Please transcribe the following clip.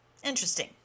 Interesting